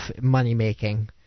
money-making